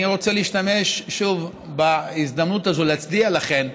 אני רוצה להשתמש שוב בהזדמנות הזאת להצדיע לכן.